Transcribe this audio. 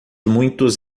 muitos